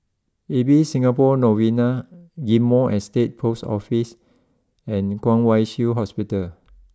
Ibis Singapore Novena Ghim Moh Estate post Office and Kwong Wai Shiu Hospital